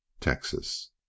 Texas